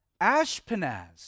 Ashpenaz